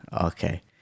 okay